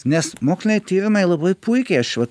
nes moksliniai tyrimai labai puikiai aš va